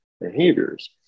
behaviors